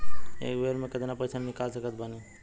एक बेर मे केतना पैसा निकाल सकत बानी?